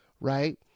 Right